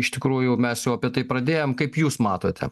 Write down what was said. iš tikrųjų mes jau apie tai pradėjom kaip jūs matote